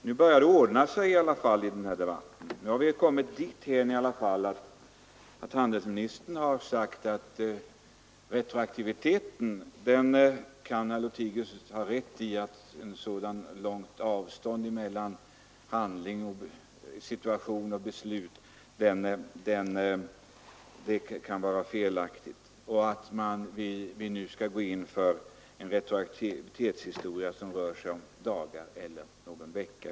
Nu börjar den här debatten ordna upp sig — vi har i alla fall kommit dithän att handelsministern har medgivit att jag kan ha rätt i att ett långt avstånd mellan situation och beslut kan vara felaktigt och att vi i fortsättningen bör gå in för en retroaktivitet som rör sig om några dagar eller någon vecka.